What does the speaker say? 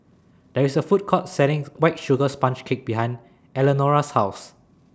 There IS A Food Court sellings White Sugar Sponge Cake behind Eleanora's House